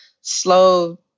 slow